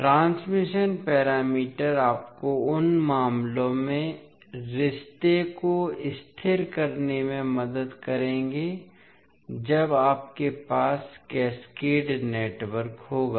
transmission parameter आपको उन मामलों में रिश्ते को स्थिर करने में मदद करेंगे जब आपके पास कैस्केड नेटवर्क होगा